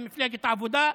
עם מפלגת העבודה.